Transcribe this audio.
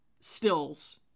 Stills